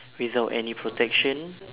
without any protection